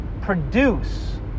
produce